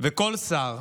וכל שר